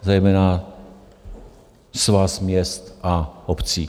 Zejména Svaz měst a obcí.